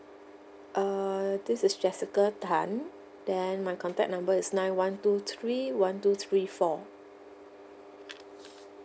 err this is jessica tan then my contact number is nine one two three one two three four